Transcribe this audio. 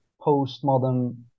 postmodern